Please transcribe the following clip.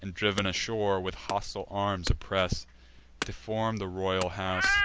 and, driv'n ashore, with hostile arms oppress deform the royal house